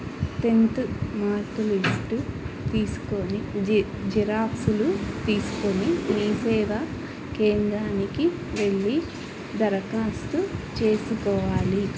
tenth mark list తీసుకొని జిరాక్స్లు తీసుకొని మీసేవా కేంద్రానికి వెళ్లి దరఖాస్తు చేసుకోవాలి